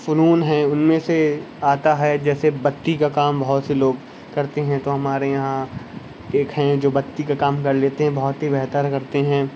فنون ہیں ان میں سے آتا ہے جیسے بتی کا کام بہت سے لوگ کرتے ہیں تو ہمارے یہاں ایک ہیں جو بتی کا کام کر لیتے ہیں بہت ہی بہتر کرتے ہیں